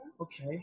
Okay